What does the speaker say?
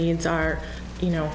needs are you know